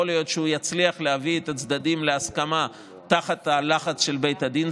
יכול להיות שהוא יצליח להביא את הצדדים להסכמה תחת הלחץ של בית הדין.